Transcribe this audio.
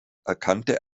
erkannte